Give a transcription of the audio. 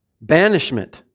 Banishment